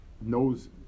knows